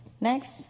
Next